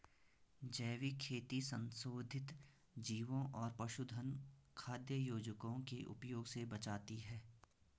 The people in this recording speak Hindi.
जैविक खेती संशोधित जीवों और पशुधन खाद्य योजकों के उपयोग से बचाती है